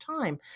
time